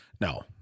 No